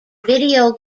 video